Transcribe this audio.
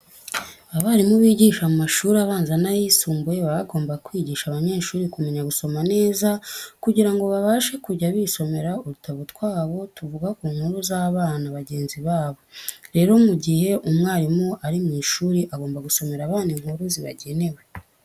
Abarimu bigisha mu mashuri abanza n'ayisumbuye baba bagomba kwigisha abanyeshuri kumenya gusoma neza kugira ngo babashe kujya bisomera udutabo twabo tuvuga ku nkuru z'abana bagenzi babo. Rero mu gihe umwarimu ari mu ishuri agomba gusomera abana inkuru zibagenewe.